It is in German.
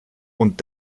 und